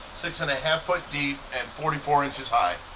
six and a half foot deep and forty four inches high.